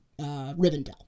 Rivendell